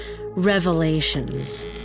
revelations